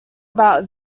about